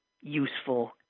Useful